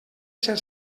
ser